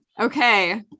Okay